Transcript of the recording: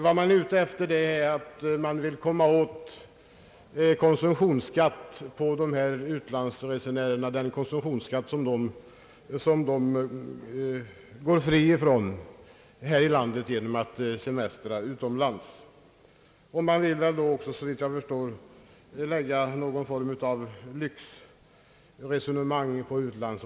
Vad man vill komma åt är att utlandsresenärerna går fria från konsumtionsskatt här i landet i och med att de semestrar utomlands. Såvitt jag förstår vill man väl då se utlandsresorna som någonting lyxbetonat.